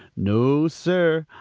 no, sir,